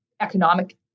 economic